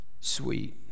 sweet